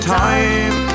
time